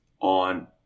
on